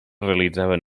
realitzaven